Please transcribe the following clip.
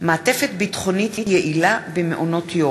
של חבר הכנסת אורי מקלב בנושא: מעטפת ביטחונית יעילה במעונות יום.